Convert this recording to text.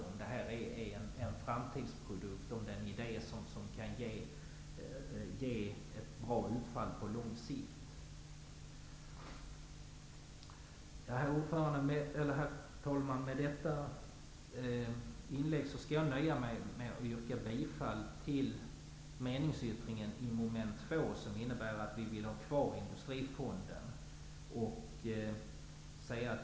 Avgörande måste vara om det är en framtidsprodukt, om det är en ide som kan ge ett bra utfall på lång sikt. Herr talman! Med detta inlägg skall jag nöja mig med att yrka bifall till min meningsyttring i utskottet vad avser moment 2, som innebär att vi vill ha kvar Industrifonden.